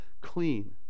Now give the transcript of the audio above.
clean